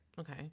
Okay